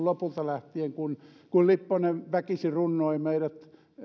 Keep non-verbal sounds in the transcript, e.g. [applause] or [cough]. [unintelligible] lopulta lähtien kun lipponen väkisin runnoi meidät